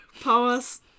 powers